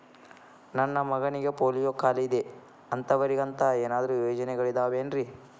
ನನ್ನ ಮಗನಿಗ ಪೋಲಿಯೋ ಕಾಲಿದೆ ಅಂತವರಿಗ ಅಂತ ಏನಾದರೂ ಯೋಜನೆಗಳಿದಾವೇನ್ರಿ?